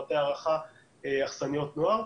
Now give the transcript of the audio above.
בבתי הארחה ובאכסניות נוער.